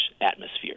atmosphere